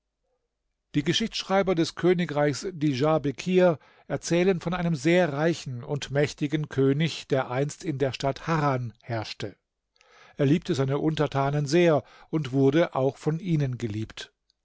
die geschichtschreiber des königreichs dijarbekir erzählen von einem sehr reichen und mächtigen könig der einst in der stadt harran herrschte er liebte seine untertanen sehr und wurde auch von ihnen geliebt